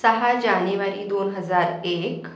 सहा जानेवारी दोन हजार एक